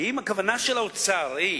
כי אם הכוונה של האוצר היא